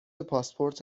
پاسپورت